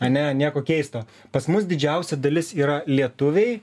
ane nieko keisto pas mus didžiausia dalis yra lietuviai